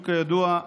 שהוא, כידוע,